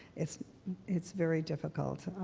it's it's very difficult.